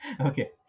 Okay